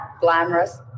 glamorous